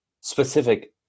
specific